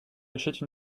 achète